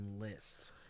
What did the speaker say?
list